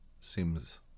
seems